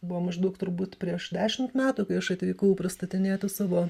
buvo maždaug turbūt prieš dešimt metų kai aš atvykau pristatinėti savo